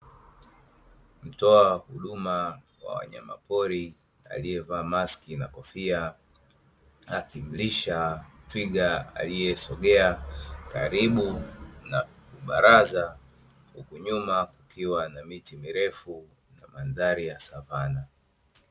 Mtoa huduma wa wanyamapori aliyevaa maski na kofia, akimlisha twiga aliyesogea karibu na baraza. Huku nyuma kukiwa na miti mirefu na mandhari ya savana.